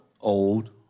old